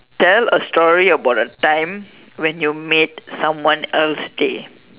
tell a story about a time when you made someone else's day